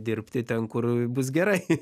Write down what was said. dirbti ten kur bus gerai